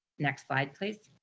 next slide, please.